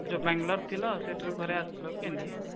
ଯେଉଁ ବାଙ୍ଗାଲୋର୍ ଥିଲ ସେଠାରୁ ଘର ଆସିଲ କେମିତି